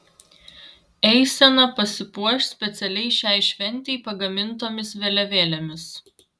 eisena pasipuoš specialiai šiai šventei pagamintomis vėliavėlėmis